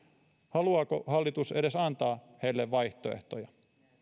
haluaako hallitus edes antaa heille vaihtoehtoja